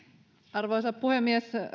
arvoisa puhemies